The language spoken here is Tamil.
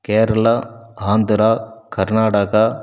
கேரளா ஆந்திரா கர்நாடகா